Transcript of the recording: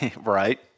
Right